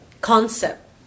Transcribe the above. concept